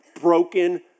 broken